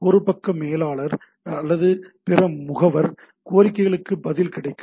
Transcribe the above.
ஒரு பக்க மேலாளர் அல்லது பிற முகவர் கோரிக்கைகளுக்கு பதில் கிடைக்கும்